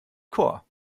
chor